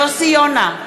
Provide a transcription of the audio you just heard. יוסי יונה,